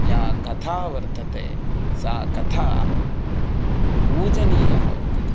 या कथा वर्तते सा कथा पूजनीया वर्तते